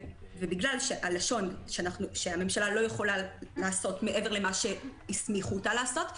ובגלל שהלשון שהממשלה לא יכולה לעשות מעבר למה שהסמיכו אותה לעשות,